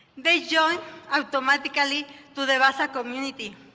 they join automatically to the basa community.